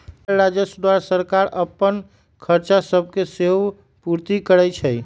कर राजस्व द्वारा सरकार अप्पन खरचा सभके सेहो पूरति करै छै